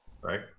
right